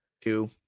Two